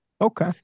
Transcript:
Okay